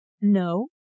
No